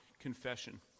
confession